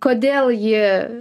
kodėl ji